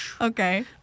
Okay